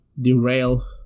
derail